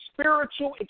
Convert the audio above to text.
spiritual